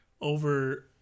over